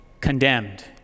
condemned